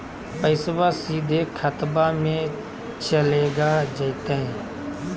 पैसाबा सीधे खतबा मे चलेगा जयते?